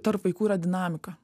tarp vaikų yra dinamika